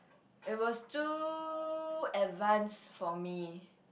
it was too advanced for me